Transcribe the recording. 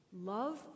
love